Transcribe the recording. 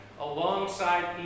alongside